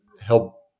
help